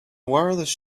wireless